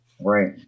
Right